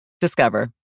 Discover